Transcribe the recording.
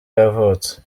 yavutse